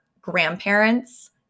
grandparents